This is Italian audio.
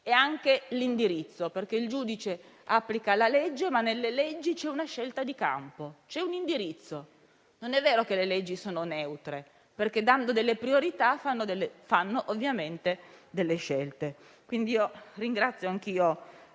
e anche l'indirizzo, perché il giudice applica la legge, ma nelle leggi c'è una scelta di campo, c'è un indirizzo. Non è vero che le leggi sono neutre, perché dando delle priorità, ovviamente si fanno delle scelte. Ringrazio anch'io